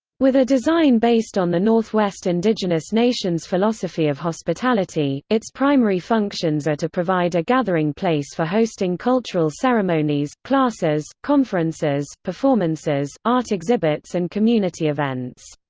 with a design based on the northwest indigenous nations' philosophy of hospitality, its primary functions are to provide a gathering place for hosting cultural ceremonies, classes, conferences, performances, art exhibits and community events.